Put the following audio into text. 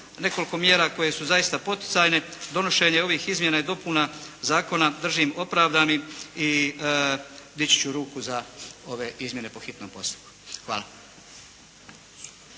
nekoliko mjera koje su zaista poticanje, donošenje ovih izmjena i dopuna Zakona držim opravdanim i dići ću ruku za ove izmjene po hitnom postupku. Hvala.